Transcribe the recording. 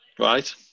Right